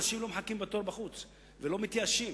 אנשים לא מחכים בתור בחוץ ולא מתייאשים.